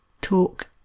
talk